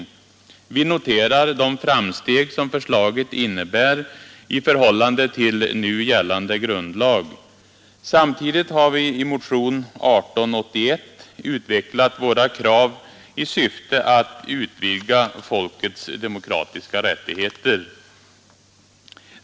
Vi noterar de framsteg som förslaget innebär i förhållande till nu gällande grundlag. Samtidigt har vi i motion 1881 utvecklat våra krav i syfte att utvidga folkets demokratiska rättigheter.